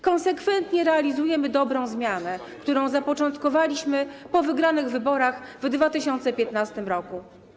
Konsekwentnie realizujemy dobrą zmianę, którą zapoczątkowaliśmy po wygranych wyborach w 2015 r.